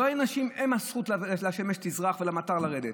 לא בזכות האנשים השמש תזרח והמטר ירד,